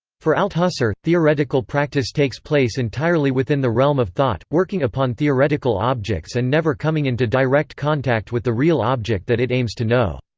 for althusser, theoretical practice takes place entirely within the realm of thought, working upon theoretical objects and never coming into direct contact with the real object that it aims to know.